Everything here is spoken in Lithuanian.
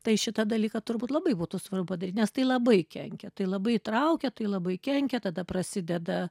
tai šitą dalyką turbūt labai būtų svarbu padaryt nes tai labai kenkia tai labai įtraukia tai labai kenkia tada prasideda